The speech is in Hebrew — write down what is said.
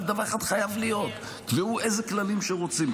רק דבר אחד חייב להיות: תקבעו איזה כללים שרוצים,